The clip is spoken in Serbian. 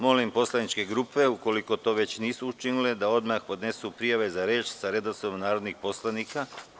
Molim poslaničke grupe, ukoliko to već nisu učinile, da odmah podnesu prijave za reč sa redosledom narodnih poslanika.